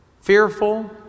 fearful